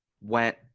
went